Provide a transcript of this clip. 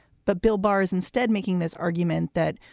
but bill bars instead making this argument that,